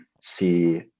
see